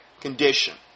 condition